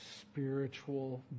Spiritual